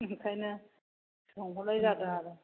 ओंखायनो सोंहरनाय जादों आरो